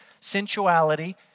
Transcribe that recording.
sensuality